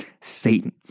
Satan